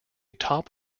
top